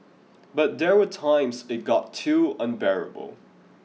but there were times it got too unbearable